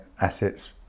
assets